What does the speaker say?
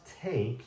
take